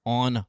on